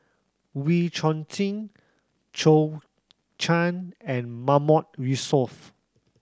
Wee Chong Jin Zhou Can and Mahmood Yusof